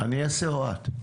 האם אני אעשה או את?